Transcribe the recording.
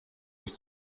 bis